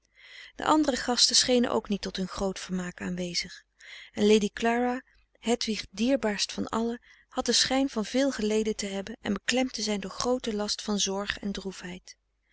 de andere gasten schenen ook niet tot hun groot vermaak aanwezig te zijn en lady clara hedwig dierbaarst van allen had den schijn van veel geleden te hebben en beklemd te zijn door grooten last van zorg en